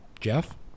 Jeff